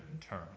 term